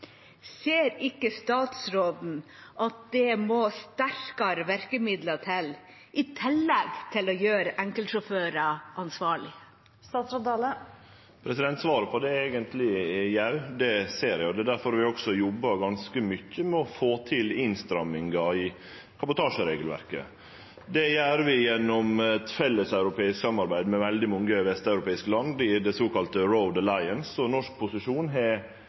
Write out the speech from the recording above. ser ikke statsråden at det må sterkere virkemidler til, i tillegg til å gjøre enkeltsjåfører ansvarlig? Svaret på det er eigentleg at jau, det ser eg. Det er derfor vi også jobbar ganske mykje med innstrammingar i kabotasjeregelverket. Det gjer vi gjennom eit felleseuropeisk samarbeid med veldig mange vesteuropeiske land i det såkalla Road Alliance. Norsk posisjon